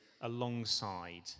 alongside